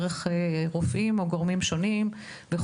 רופאים או גורמים שונים.